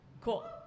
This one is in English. Cool